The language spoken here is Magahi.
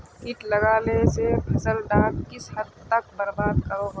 किट लगाले से फसल डाक किस हद तक बर्बाद करो होबे?